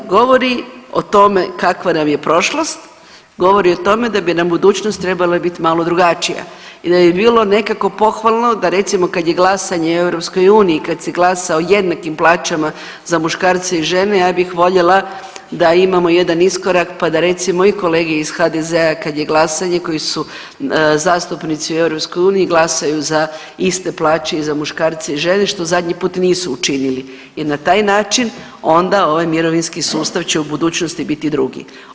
Govori o tome kakva nam je prošlost, govori o tome da bi nam budućnost trebala bit malo drugačija i da bi bilo nekako pohvalno da recimo kad je glasanje o EU, kad se glasa o jednakim plaćama za muškarce i žene ja bih voljela da imamo jedan iskorak, pa da recimo i kolege iz HDZ-a kad je glasanje koji su zastupnici u EU glasaju za iste plaće i za muškarce i žene što zadnji put nisu učinili jer na taj način onda ovaj mirovinski sustav će u budućnosti biti drugi.